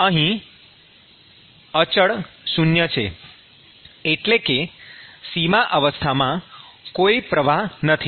અહીં અચળ ૦ શૂન્ય છે એટલે કે સીમા અવસ્થામાં કોઈ પ્રવાહ નથી